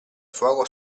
fuoco